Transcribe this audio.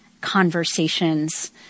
conversations